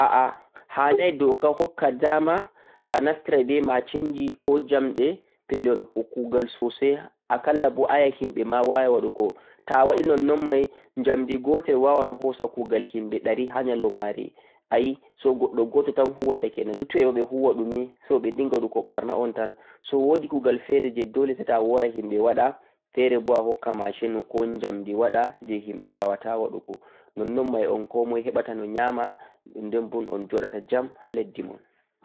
A'a hanai doka hokka dama anaftira be machinji koh jamɗe pelle waɗugo kugal sosai akalla bo aya himɓe bo wawai waɗugo, ta'awaɗe nonnon mai njamdi go'o wawa hosa kugal himbe ɗari ha nyalomare so ayii goɗɗo goto tan huwata kenan luttuɓe ɓehuwa ɗumi, so ɓe dinga waɗugo ɓarna'on tan. so wodi kugal fere dole a wora himɓe waɗa fere bo a hokka machine ko njamdi waɗa ngam himɓe wawata waɗugo, nonnon komai heɓata no nyama nonnon bo on joɗata jam ha leddi mon.